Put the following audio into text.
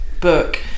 book